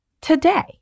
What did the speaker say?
today